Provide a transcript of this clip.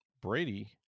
Brady